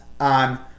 on